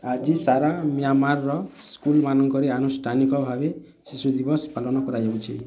ଆଜି ସାରା ମିଆଁମାରର ସ୍କୁଲମାନଙ୍କରେ ଆନୁଷ୍ଠାନିକ ଭାବେ ଶିଶୁ ଦିବସ ପାଳନ କରାଯାଉଛି